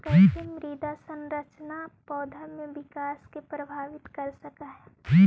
कईसे मृदा संरचना पौधा में विकास के प्रभावित कर सक हई?